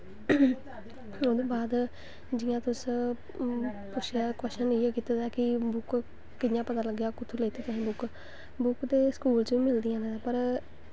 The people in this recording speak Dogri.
ओह्दे बाद जि'यां तुस कव्शन इ'यै कीते दा ऐ कि बुक्क कि'यां पता लग्गेआ कुत्थुआं लैत्ती तुसें बुक्क बुक्क ते स्कूल च बी मिलदियां न पर